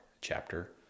chapter